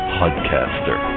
podcaster